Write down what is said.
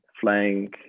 flying